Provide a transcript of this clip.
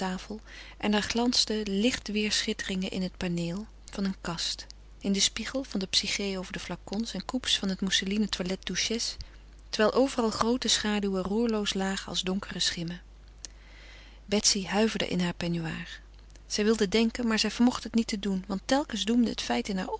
tafel en er glansden licht weêrschitteringen in het paneel van een kast in den spiegel van de psyché over de flacons en coupes van het mousseline toilette duchesse terwijl overal groote schaduwen roerloos lagen als donkere schimmen betsy huiverde in haar peignoir zij wilde denken maar zij vermocht het niet te doen want telkens doemde het feit in